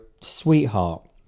sweetheart